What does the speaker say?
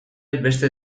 beste